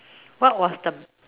what was the